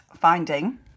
finding